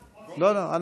הלוואי.